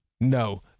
No